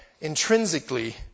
intrinsically